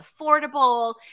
affordable